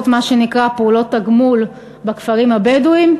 מה שנקרא פעולות תגמול בכפרים הבדואיים,